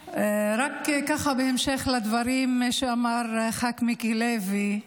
ככה, בהמשך לדברים שאמר חה"כ מיקי לוי,